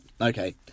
okay